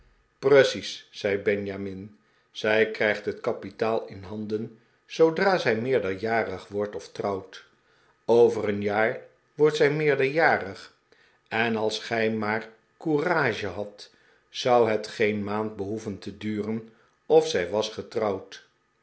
precies zei benjamin zij krijgt het kapitaal in handen zoodra zij meerderjarig wordt of trouwt over een jaar wordt zij meerderjarig en als gij maar courage hadt zou het geen maand behoeven te duren of zij was getrouwd